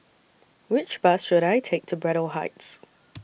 Which Bus should I Take to Braddell Heights